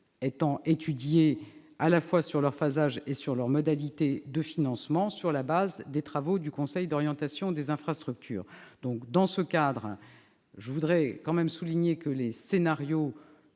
sont étudiées à la fois du point de vue de leur phasage et de leurs modalités de financement, sur la base des travaux du Conseil d'orientation des infrastructures. Dans ce cadre, je voudrais tout de même souligner que les scénarios